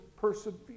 persevere